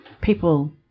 People